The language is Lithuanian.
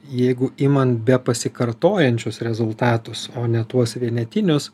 jeigu imant be pasikartojančius rezultatus o ne tuos vienetinius